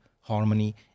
harmony